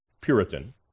Puritan